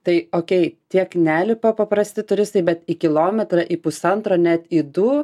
tai okei tiek nelipa paprasti turistai bet į kilometrą į pusantro net į du